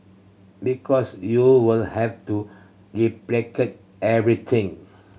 because you would have to replicate everything